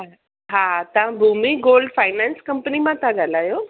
हा तव्हां घुमी गोल्ड फाइनांस कंपनी मां था ॻाल्हायो